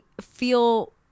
feel